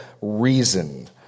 reason